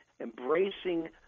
embracing